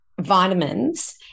vitamins